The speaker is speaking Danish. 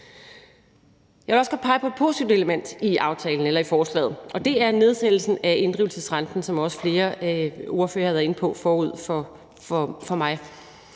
Jeg vil også godt pege på et positivt element i forslaget, og det er nedsættelsen af inddrivelsesrenten, som flere ordførere også har været inde på forud for mig.